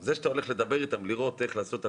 זה שאתה הולך לדבר איתם ולראות איך לעשות,